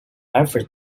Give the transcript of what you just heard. every